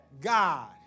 God